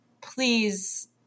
please